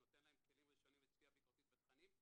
נותן להם כלים ראשונים לצפייה ביקורתית בתכנים.